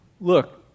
Look